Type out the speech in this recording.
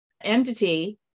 entity